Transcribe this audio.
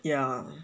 yeah